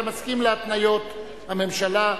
אתה מסכים להתניות הממשלה.